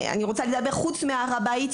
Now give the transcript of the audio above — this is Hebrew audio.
חוץ מהר הבית,